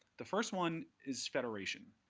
the first one is federation.